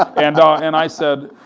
and and i said,